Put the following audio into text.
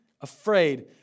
afraid